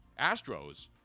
Astros